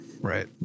right